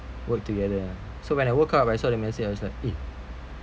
work together uh so when I woke up I saw the message I was like eh